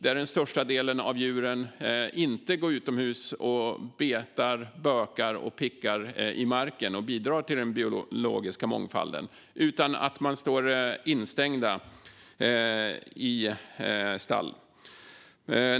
Den största delen av djuren går inte utomhus och betar, bökar och pickar i marken och bidrar till den biologiska mångfalden, utan de står instängda i stall.